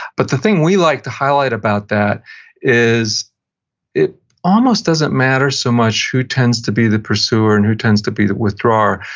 but the thing we like to highlight about that is it almost doesn't matter so much who tends to be the pursuer and who tends to be the withdrawer,